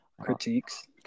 critiques